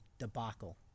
Debacle